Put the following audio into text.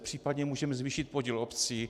Případně můžeme zvýšit podíl obcí.